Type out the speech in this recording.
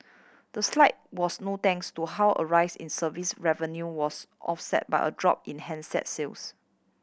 the slide was no thanks to how a rise in service revenue was offset by a drop in handset sales